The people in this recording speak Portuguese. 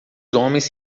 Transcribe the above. homens